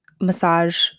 massage